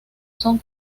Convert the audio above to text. son